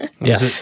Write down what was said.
Yes